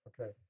Okay